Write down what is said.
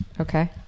Okay